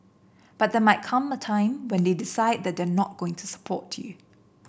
but there might come a time when they decide that they're not going to support you